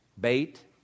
bait